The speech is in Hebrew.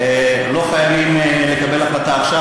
לא חייבים לקבל החלטה עכשיו.